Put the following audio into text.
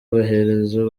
amaherezo